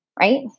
right